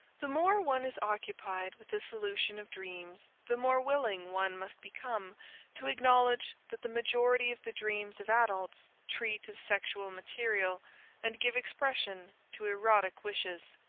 the more one is occupied with the solution of dreams, the more willing one must become to acknowledge that the majority of the dreams of adults treat of sexual material and give expression to erotic wishes.